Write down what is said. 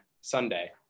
Sunday